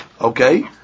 okay